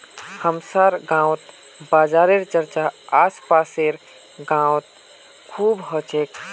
हमसार गांउत बाजारेर चर्चा आस पासेर गाउत खूब ह छेक